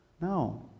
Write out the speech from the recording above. No